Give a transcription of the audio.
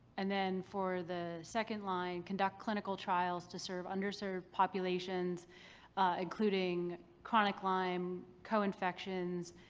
and then for the second line, conduct clinical trials to serve underserved populations including chronic lyme, co-infections,